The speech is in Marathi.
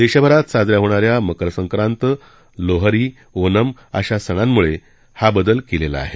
देशभरात साजरा होणाऱ्या मकरसंक्रात लोहरी ओनम अशा सणांमुळे हा बदल केलेला आहे